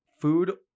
food